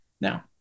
Now